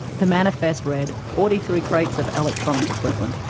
the manifest read forty three crates of electronic equipment.